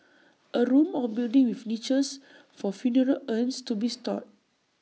A room or building with niches for funeral urns to be stored